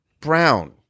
brown